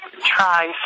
try